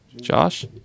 josh